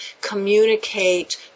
communicate